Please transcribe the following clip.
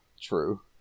True